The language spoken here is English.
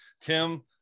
Tim